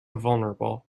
vulnerable